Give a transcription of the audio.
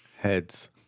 Heads